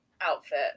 outfit